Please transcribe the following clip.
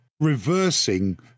reversing